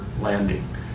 landing